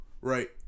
Right